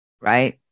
right